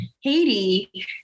Haiti